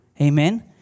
Amen